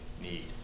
need